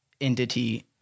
entity